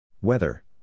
Weather